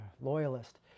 loyalist